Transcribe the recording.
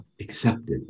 accepted